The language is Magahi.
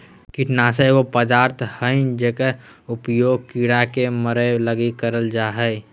कीटनाशक ऐसे पदार्थ हइंय जेकर उपयोग कीड़ा के मरैय लगी करल जा हइ